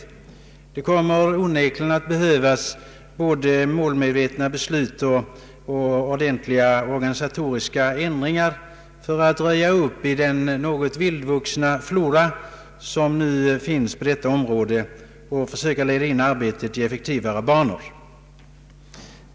Onekligen kommer det att behövas både målmed vetna beslut och ordentliga organisatoriska ändringar för att röja upp i den något vildvuxna flora, som nu finns på detta område, och försöka leda in arbetet i effektivare banor.